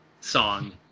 song